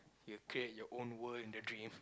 you have create your own world in the dreams